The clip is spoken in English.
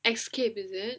escape is it